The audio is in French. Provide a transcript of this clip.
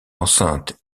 enceinte